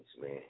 man